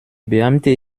beamte